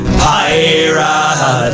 pirate